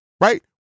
right